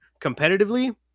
competitively